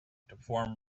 perform